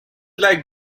like